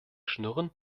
schnurren